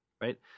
right